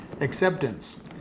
acceptance